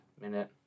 minute